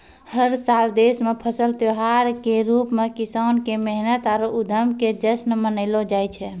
हर साल देश मॅ फसल त्योहार के रूप मॅ किसान के मेहनत आरो उद्यम के जश्न मनैलो जाय छै